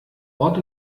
ort